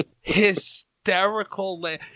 hysterical